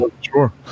Sure